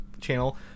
channel